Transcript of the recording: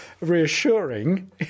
reassuring